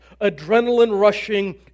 adrenaline-rushing